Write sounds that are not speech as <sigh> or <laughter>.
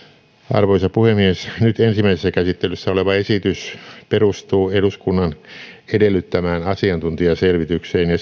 arvoisa puhemies nyt ensimmäisessä käsittelyssä oleva esitys perustuu eduskunnan edellyttämään asiantuntijaselvitykseen ja <unintelligible>